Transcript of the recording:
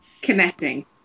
connecting